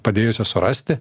padėjusios surasti